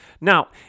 Now